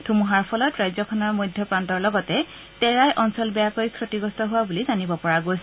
ধুমুহাৰ ফলত ৰাজ্যখনৰ মধ্যপ্ৰান্তৰ লগতে তেৰাই অঞ্চল বেয়াকৈ ক্ষতিগ্ৰস্ত হোৱা বুলি জানিব পৰা গৈছে